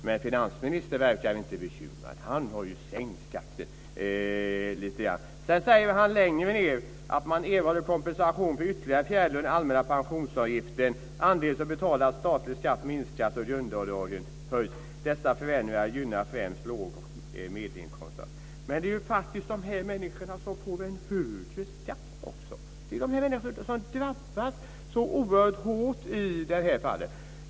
Men finansministern verkar inte bekymrad. Han har ju sänkt skatten lite grann. Sedan sade finansministern att "kompensation erhålls för ytterligare en fjärdedel av den allmänna pensionsavgiften, andelen som betalar statlig skatt minskar och grundavdragen höjs. Dessa förändringar gynnar främst låg och medelinkomsttagare." Men det är faktiskt de människorna som får en högre skatt. Det är de människorna som drabbas så oerhört hårt i det här fallet.